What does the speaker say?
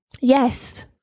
yes